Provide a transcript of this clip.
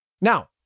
Now